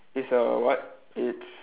it's a what it's